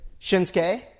Shinsuke